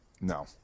No